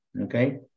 okay